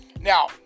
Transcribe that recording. now